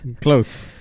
Close